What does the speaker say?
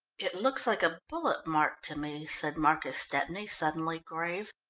it looks like a bullet mark to me, said marcus stepney, suddenly grave.